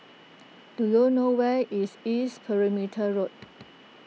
do you know where is East Perimeter Road